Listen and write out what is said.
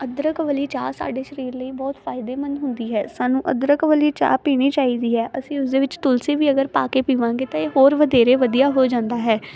ਅਦਰਕ ਵਾਲੀ ਚਾਹ ਸਾਡੇ ਸਰੀਰ ਲਈ ਬਹੁਤ ਫਾਇਦੇਮੰਦ ਹੁੰਦੀ ਹੈ ਸਾਨੂੰ ਅਦਰਕ ਵਾਲੀ ਚਾਹ ਪੀਣੀ ਚਾਈਦੀ ਹੈ ਅਸੀਂ ਉਸਦੇ ਵਿੱਚ ਤੁਲਸੀ ਵੀ ਅਗਰ ਪਾ ਕੇ ਪੀਵਾਂਗੇ ਤੇ ਇਹ ਹੋਰ ਵਧੇਰੇ ਵਧੀਆ ਹੋ ਜਾਂਦਾ ਹੈ